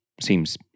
seems